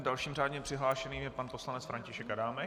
Dalším řádně přihlášeným je pan poslanec František Adámek.